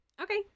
Okay